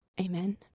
Amen